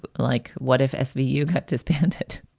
but like what if s v. you get to spend it?